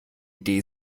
idee